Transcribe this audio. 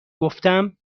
گفتم